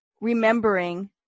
remembering